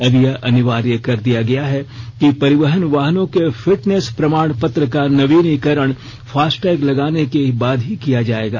अब यह अनिवार्य कर दिया गया है कि परिवहन वाहनों के फिटनेस प्रमाणपत्र का नवीनीकरण फास्टैग लगाने के बाद ही किया जाएगा